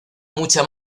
mucha